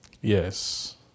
Yes